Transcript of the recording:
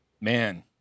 man